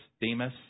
Demas